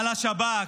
על השב"כ,